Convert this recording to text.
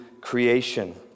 creation